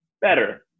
better